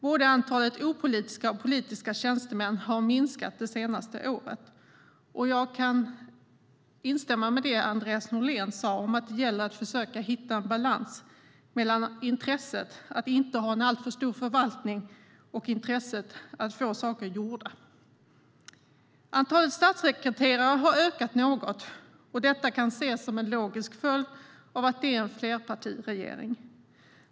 Både antalet opolitiska och politiska tjänstemän har minskat det senaste året, och jag kan instämma i det Andreas Norlén sade om att det gäller att försöka hitta en balans mellan intresset att inte ha en alltför stor förvaltning och intresset att få saker gjorda. Antalet statssekreterare har ökat något, och detta kan ses som en logisk följd av att det är en flerpartiregering.